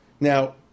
Now